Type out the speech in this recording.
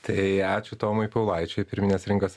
tai ačiū tomui paulaičiui pirminės rinkos